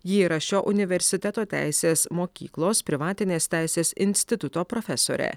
ji yra šio universiteto teisės mokyklos privatinės teisės instituto profesorė